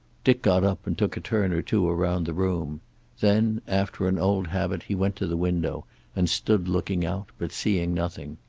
dick got up and took a turn or two around the room then, after an old habit, he went to the window and stood looking out, but seeing nothing.